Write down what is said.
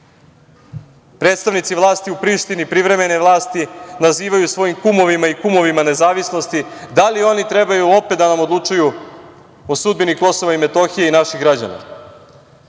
predstavnici vlasti u Prištini, privremene vlasti nazivaju svojim kumovima i kumovima nezavisnosti, da li oni trebaju opet da nam odlučuju o sudbini KiM i naših građana? Odbor